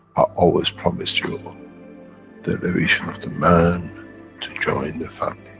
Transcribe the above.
always promised you ah the elevation of the man to join the family,